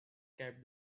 kept